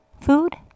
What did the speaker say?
food